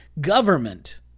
government